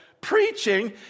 preaching